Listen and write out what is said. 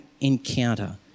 encounter